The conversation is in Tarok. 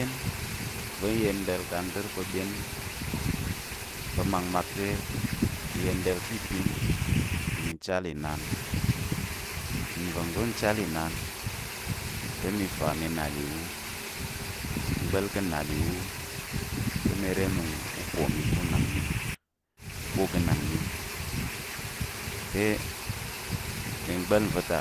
In va̱ nyenda̱l kang dər pa̱ byen pa̱ makmak te, mi yenda̱l ka̱ ipin te mi chal inan nva̱ngva̱ mi chal inan te mi fa mi nal ìwu mi gba̱l ka̱ nal ìwu te mi re nung u upo mi ká̱ unang ká̱ ogənang mi te mi gba̱l nva̱ ta,